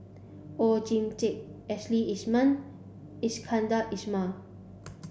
Oon Jin Teik Ashley Isham Iskandar Ismail